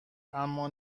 اما